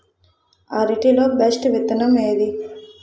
అరటి లో బెస్టు విత్తనం ఏది?